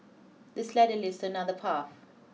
this ladder leads to another path